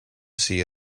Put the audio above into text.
see